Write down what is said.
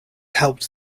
helped